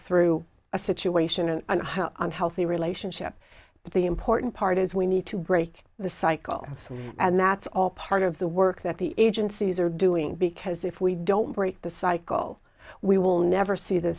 through a situation and an unhealthy relationship but the important part is we need to break the cycle and that's all part of the work that the agencies are doing because if we don't break the cycle we will never see the